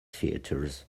theatres